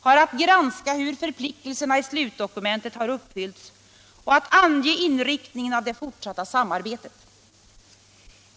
har att granska hur förpliktelserna i slutdokumentet har uppfyllts och att ange inriktningen av det fortsatta samarbetet.